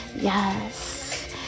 yes